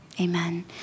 amen